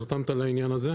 שנרתמת לעניין הזה.